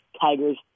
Tiger's